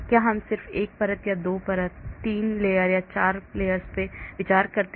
क्या हम सिर्फ 1 परत या 2 परतों या 3 परतों या 4 परतों पर विचार करते हैं